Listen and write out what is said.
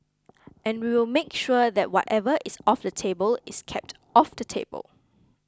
and we will make sure that whatever is off the table is kept off the table